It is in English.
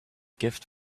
gift